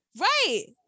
right